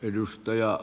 kiitos